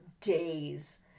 days